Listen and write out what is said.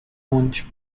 launch